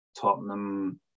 Tottenham